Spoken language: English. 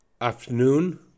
afternoon